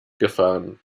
gefahren